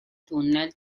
tunnel